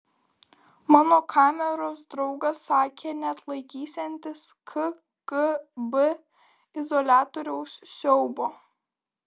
mano kameros draugas sakė neatlaikysiantis kgb izoliatoriaus siaubo